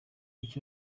kuki